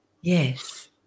yes